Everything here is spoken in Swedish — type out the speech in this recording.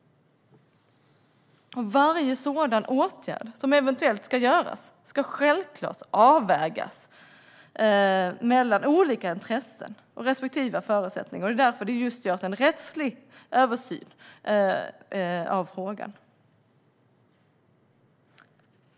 Varje åtgärd som eventuellt ska vidtas ska självklart avvägas mot olika intressen och förutsättningar. Det är just därför det görs en rättslig översyn av frågan.